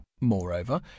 Moreover